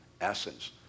essence